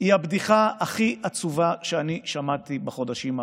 היא הבדיחה הכי עצובה שאני שמעתי בחודשים האחרונים.